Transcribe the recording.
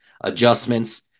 Adjustments